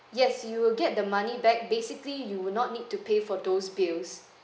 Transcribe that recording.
yes you will get the money back basically you will not need to pay for those bills